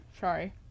sorry